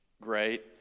great